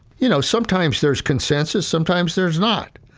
you know, sometimes there's consensus, sometimes there's not.